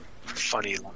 funny